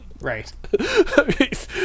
Right